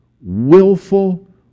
willful